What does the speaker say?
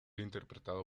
interpretado